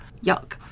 Yuck